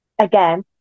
again